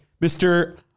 Mr